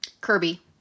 Kirby